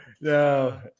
no